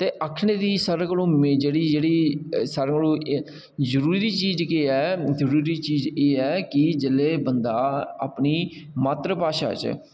ते आखने दी सारें कोला जेह्ड़ी जेह्ड़ी सारें कोला जरूरी चीज केह् ऐ जरूरी चीज एह् ऐ कि जेल्लै बंदा अपनी मात्तरभाशा च